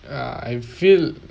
ah I feel